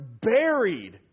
buried